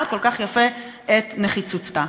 שתיארת כל כך יפה את נחיצותה?